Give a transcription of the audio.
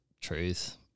truth